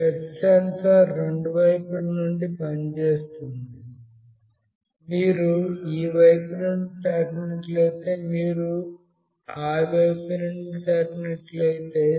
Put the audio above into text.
touch sensor రెండు వైపుల నుండి పనిచేస్తుంది మీరు ఈ వైపు నుండి తాకినట్లయితే మీరు ఆ వైపు నుండి తాకినట్లయితే